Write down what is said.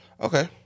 okay